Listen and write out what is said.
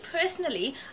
personally